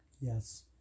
Yes